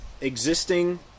existing